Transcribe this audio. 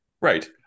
Right